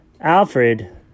Alfred